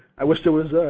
i wish there was